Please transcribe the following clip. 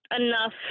enough